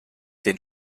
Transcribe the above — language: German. den